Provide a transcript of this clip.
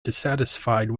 dissatisfied